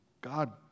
God